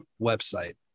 website